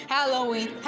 Halloween